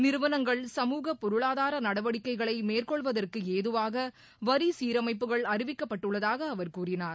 நிறுவனங்கள் சமூகப் பொருளாதார நடவடிக்கைகளை மேற்கொள்வதற்கு ஏதுவாக வரி சீரமைப்புகள் அறிவிக்கப்பட்டுள்ளதாக அவர் கூறினார்